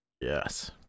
Yes